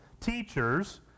teachers